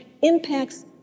impacts